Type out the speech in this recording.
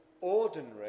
ordinary